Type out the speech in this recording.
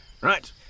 right